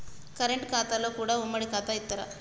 Current ఖాతాలో కూడా ఉమ్మడి ఖాతా ఇత్తరా?